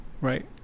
right